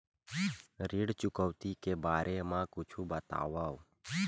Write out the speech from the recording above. ऋण चुकौती के बारे मा कुछु बतावव?